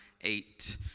eight